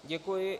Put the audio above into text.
Děkuji.